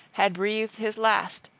had breathed his last,